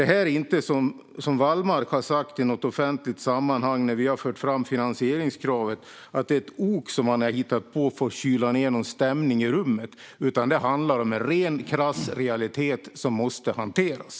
Det här är inte ett ok som man har hittat på för att kyla ned stämningen i rummet, vilket Wallmark har sagt i ett offentligt sammanhang när vi har fört fram finansieringskravet. Det här handlar om en ren, krass realitet som måste hanteras.